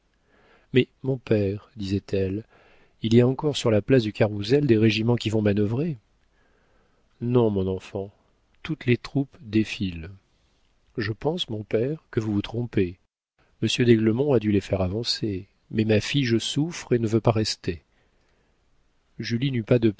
mais mon père disait-elle il y a encore sur la place du carrousel des régiments qui vont manœuvrer non mon enfant toutes les troupes défilent je pense mon père que vous vous trompez monsieur d'aiglemont a dû les faire avancer mais ma fille je souffre et ne veux pas rester julie n'eut pas